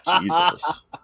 jesus